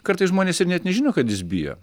kartais žmonės ir net nežino kad jis bijo